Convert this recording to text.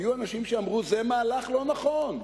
היו אנשים שאמרו: זה מהלך לא נכון,